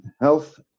health